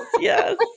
yes